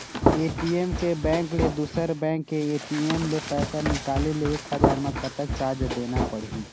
ATM के bank ले दुसर बैंक के ए.टी.एम ले पैसा निकाले ले एक हजार मा कतक चार्ज देना पड़ही?